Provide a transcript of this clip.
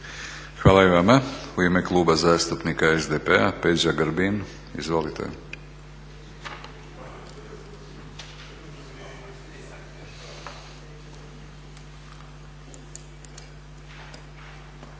Hvala i vama. U ime Kluba zastupnika SDP-a Peđa Grbin, izvolite. **Grbin,